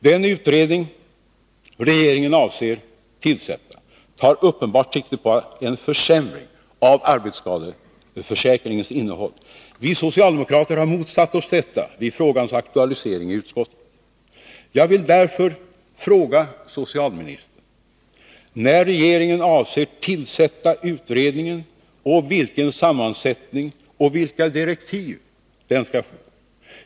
Den utredning som regeringen avser att tillsätta tar uppenbart sikte på en försämring av arbetsskadeförsäkringens innehåll. Vi socialdemokrater har motsatt oss detta vid frågans aktualisering i utskottet. Jag vill därför fråga socialministern: När avser regeringen tillsätta utredningen, och vilken sammansättning och vilka direktiv skall den få?